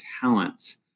talents